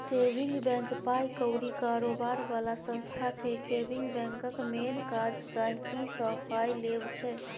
saving bank पाइ कौरी कारोबार बला संस्था छै सेबिंग बैंकक मेन काज गांहिकीसँ पाइ लेब छै